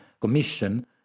commission